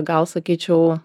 gal sakyčiau